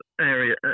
area